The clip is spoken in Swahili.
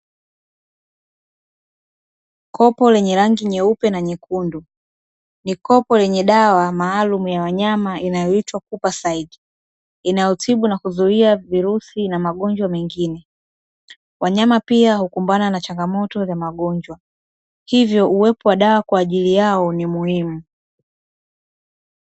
Kopo lenye rangi nyeupe na nyekundu, ni kopo lenye dawa maalumu ya wanyama inayoitwa "KUPACIDE" inayotibu na kuzuia virusi na magonjwa mengine. Wanyama pia hukumbana na changamoto za magonjwa, hivyo uwepo wa dawa kwa ajili yao ni muhimu.